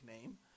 name